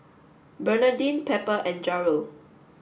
Bernardine Pepper and Jarrell